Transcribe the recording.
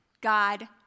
God